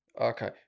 Okay